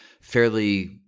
fairly